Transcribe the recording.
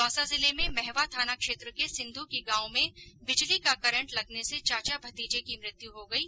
दौसा जिले में महवा थाना क्षेत्र के सिंधु की गांव में बिजली का करंट लगने से चाचा भतीजे की मृत्यु हो गयी